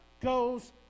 goes